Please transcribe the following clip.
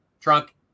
Trunk